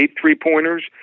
three-pointers